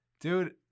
dude